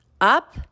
up